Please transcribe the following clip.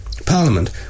Parliament